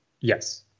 Yes